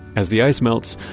as the ice melts,